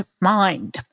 mind